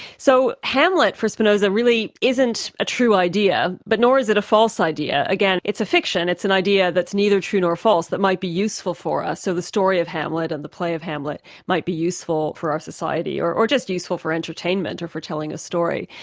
so hamlet for spinoza really isn't a true idea but nor is it false idea. again, it's a fiction, it's an idea that's neither true nor false, that might be useful for us. so the story of hamlet and the play of hamlet might be useful for our society, or or just useful for entertainment or for telling a story.